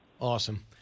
Awesome